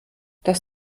dass